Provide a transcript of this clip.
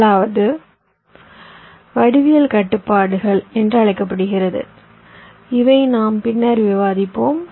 முதலாவது வடிவியல் கட்டுப்பாடுகள் என்று அழைக்கப்படுகிறது இவை நாம் பின்னர் விவாதிப்போம்